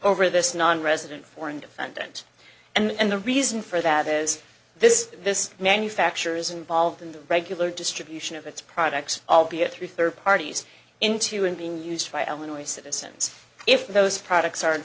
over this nonresident foreign defendant and the reason for that is this this manufacturer is involved in the regular distribution of its products albeit through third parties into and being used by illinois citizens if those products are in